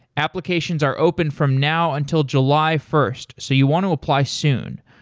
applications are open from now until july first, so you want to apply soon.